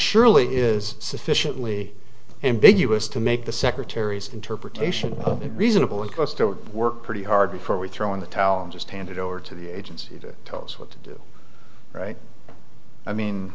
surely is sufficiently ambiguous to make the secretary's interpretation of it reasonable of course to work pretty hard before we throw in the towel and just hand it over to the agency that told us what to do right i mean